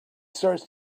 starts